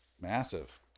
Massive